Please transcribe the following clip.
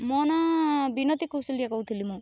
ମୋ ନାଁ ବିନତୀ କୁଶୁଲିଆ କହୁଥିଲି ମୁଁ